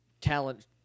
talent –